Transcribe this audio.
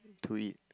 to eat